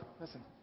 listen